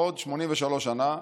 בעוד 83 שנה,